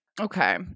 Okay